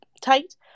tight